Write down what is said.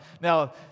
Now